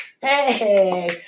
Hey